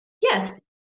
Yes